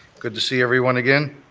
good to see everyone again.